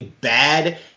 bad